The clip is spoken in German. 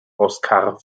oskar